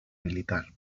militar